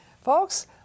Folks